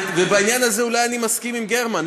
ובעניין הזה אולי אני מסכים עם גרמן,